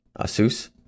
Asus